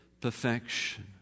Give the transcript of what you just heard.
perfection